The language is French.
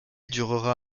durera